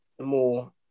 more